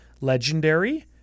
legendary